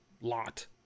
lot